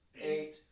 eight